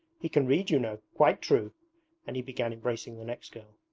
he can read, you know. quite true and he began embracing the next girl.